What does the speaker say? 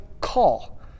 call